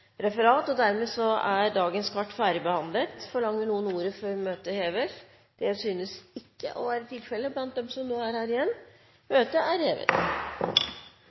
Dermed er dagens kart ferdigbehandlet. Forlanger noen ordet før møtet heves? Det synes ikke å være tilfelle blant dem som er igjen her. – Møtet er hevet.